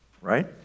right